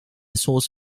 source